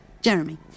Jeremy